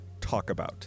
TalkAbout